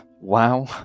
wow